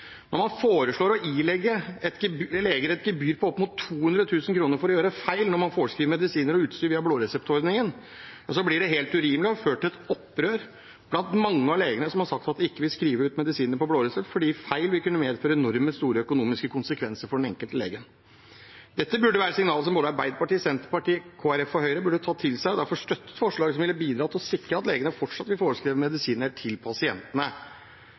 Når man foreslår å ilegge leger et gebyr på opp mot 200 000 kr for å gjøre feil når man foreskriver medisiner og utstyr via blå resept-ordningen, blir det helt urimelig, og det har ført til et opprør blant mange leger, som har sagt at de ikke vil skrive ut medisiner på blå resept, fordi feil vil kunne medføre enorme økonomiske konsekvenser for den enkelte lege. Dette burde være signaler som både Arbeiderpartiet, Senterpartiet, Høyre og Kristelig Folkeparti tok til seg og derfor ville støtte et forslag som ville bidra til å sikre at legene fortsatt vil foreskrive medisiner til pasientene.